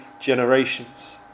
generations